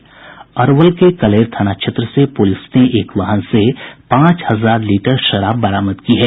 अरवल जिले के कलैर थाना क्षेत्र से पुलिस ने एक वाहन से पांच हजार लीटर शराब बरामद की है